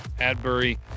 Adbury